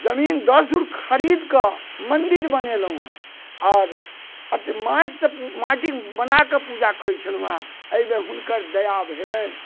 जमीन दस धूर खरीद कऽ मन्दिर बनेलहुॅं हेँ आओर अथि माटि सँ माटि बनाके पूजा करै छलहुॅं हेँ एहि बेर हुनकर दया भेलैनि